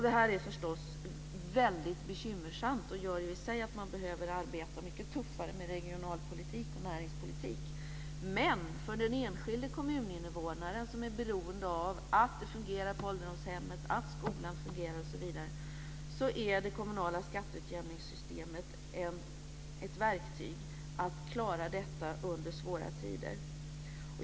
Det är förstås väldigt bekymmersamt och gör i sig att man behöver arbeta tuffare med regionalpolitik och näringspolitik. Men för den enskilde kommuninvånaren som är beroende av att det fungerar på ålderdomshemmet, att skolan fungerar osv. är det kommunala skatteutjämningssystemet ett verktyg att klara detta under svåra tider.